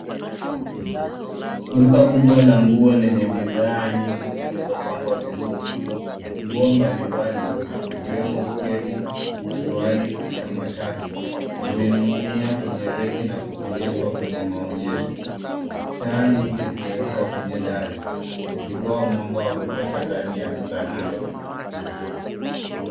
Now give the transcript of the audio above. Duka kubwa la nguo lenye bidhaa nyingi zilizopangwa vizuri. Nguo mbali mbali, zikiwemo sketi, suruali, na mashati, zimening'inia kwenye reki na kuonyeshwa kwenye maonyesho. Taa nyingi zimewekwa kenye dari, zikitoa mwanga wa kutosha ndani ya duka hilo.